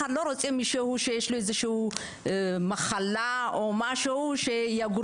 אף אחד לא רוצה מישהו שיש לו מחלה או משהו שיגור